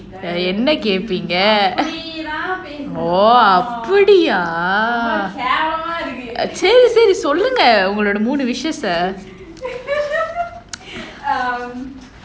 என்ன கேட்பீங்க அப்டித்தான் பேசனும்:enna ketpeenga apdithaan pesanum oh அப்டியா ரொம்ப கேவலமா இருக்கு சரி சரி சொல்லுங்க உங்க மூணு:apdiya romba kevalamaa irukku sari sari sollunga unga moonu wishes ah